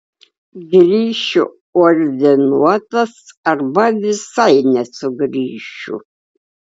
grįšiu ordinuotas arba visai nesugrįšiu